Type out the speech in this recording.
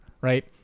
Right